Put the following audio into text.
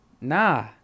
Nah